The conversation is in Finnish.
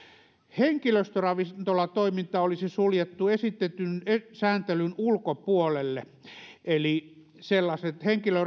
henkilöstöravintolatoiminta olisi suljettu esitetyn sääntelyn ulkopuolelle eli sellainen